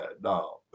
no